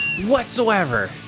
whatsoever